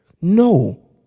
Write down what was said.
No